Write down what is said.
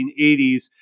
1980s